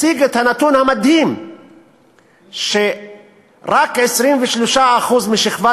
הציג את הנתון המדהים שרק 23% משכבת